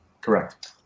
Correct